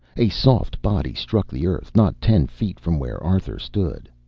a soft body struck the earth not ten feet from where arthur stood,